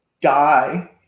die